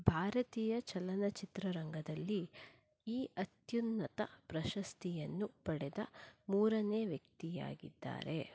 ಭಾರತೀಯ ಚಲನಚಿತ್ರರಂಗದಲ್ಲಿ ಈ ಅತ್ಯುನ್ನತ ಪ್ರಶಸ್ತಿಯನ್ನು ಪಡೆದ ಮೂರನೇ ವ್ಯಕ್ತಿಯಾಗಿದ್ದಾರೆ